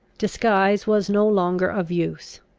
disguise was no longer of use.